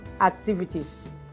activities